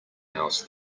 house